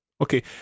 Okay